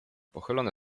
pochylone